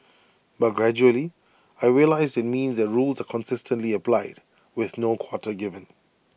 but gradually I realised IT means that rules are consistently applied with no quarter given